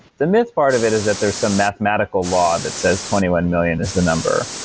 the myth part of it is that there's some mathematical law that says twenty one million is the number.